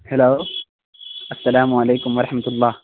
hello السلام علیکم و رحمتہ اللہ